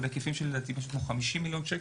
בהיקפים של כ-50 מיליון שקל,